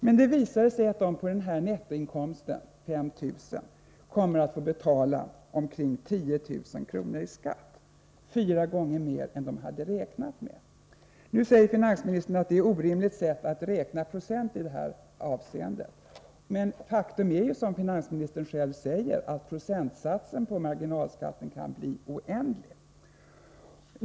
Men det visade sig att dessa makar på denna nettoinkomst på 5 000 kr. kommer att få betala omkring 10 000 kr. i skatt — fyra gånger mer än vad de hade räknat med. Nu säger finansministern att det i det här sammanhanget är orimligt att räkna i procent. Men faktum är, som finansministern själv säger, att procentsatsen på marginalskatten kan bli oändlig.